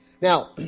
Now